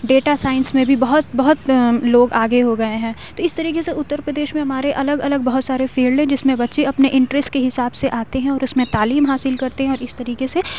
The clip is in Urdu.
ڈیٹا سائنس میں بھی بہت بہت لوگ آگے ہو گئے ہیں تو اس طریقے سے اتر پردیش میں ہمارے الگ الگ بہت سارے فیلڈ ہیں جس میں بچے اپنے انٹریسٹ کے حساب سے آتے ہیں اور اس میں تعلیم حاصل کرتے ہیں اور اس طریقے سے